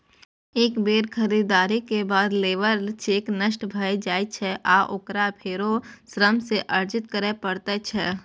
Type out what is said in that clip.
एक बेर खरीदारी के बाद लेबर चेक नष्ट भए जाइ छै आ ओकरा फेरो श्रम सँ अर्जित करै पड़ै छै